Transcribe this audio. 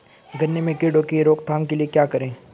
गन्ने में कीड़ों की रोक थाम के लिये क्या करें?